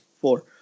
four